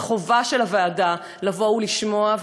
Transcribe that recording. שחובה של הוועדה לשמוע,